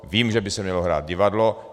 Vím, že by se mělo hrát divadlo.